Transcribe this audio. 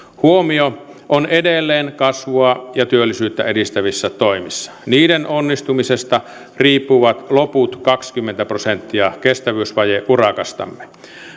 huomio on edelleen kasvua ja työllisyyttä edistävissä toimissa niiden onnistumisesta riippuvat loput kaksikymmentä prosenttia kestävyysvajeurakastamme